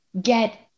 get